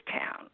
town